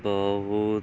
ਬਹੁਤ